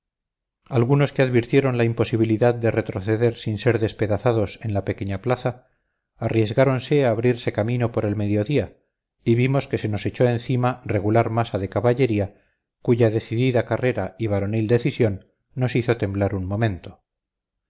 algunos que advirtieron la imposibilidad de retroceder sin ser despedazados en la pequeña plaza arriesgáronse a abrirse camino por el mediodía y vimos que se nos echó encima regular masa de caballería cuya decidida carrera y varonil decisión nos hizo temblar un momento